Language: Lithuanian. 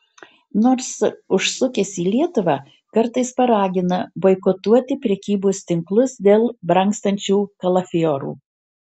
nors užsukęs į lietuvą kartais paragina boikotuoti prekybos tinklus dėl brangstančių kalafiorų